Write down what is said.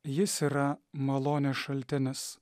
jis yra malonės šaltinis